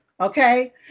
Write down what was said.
okay